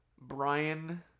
Brian